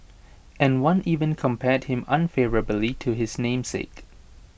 and one even compared him unfavourably to his namesake